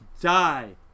die